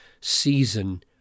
season